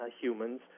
humans